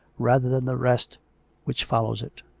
rather than the rest which follows it.